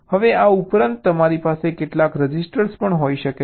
હવે આ ઉપરાંત તમારી પાસે કેટલાક રજિસ્ટર પણ હોઈ શકે છે